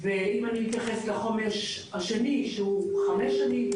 אם אני אתייחס לחומש השני שהיה לפני חמש שנים,